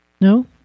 No